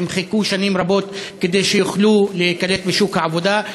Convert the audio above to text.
הם חיכו שנים רבות כדי שיוכלו להיקלט בשוק העבודה.